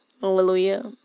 hallelujah